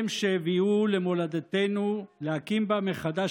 הם שהביאוהו למולדתנו ולהקים בה מחדש